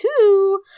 two